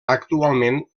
actualment